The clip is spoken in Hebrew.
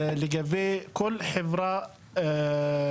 זה נכון לגבי כל חברה בארץ,